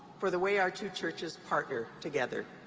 for the way our two churches partner together.